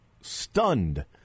Stunned